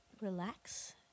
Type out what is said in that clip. relax